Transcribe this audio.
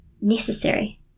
necessary